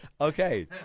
Okay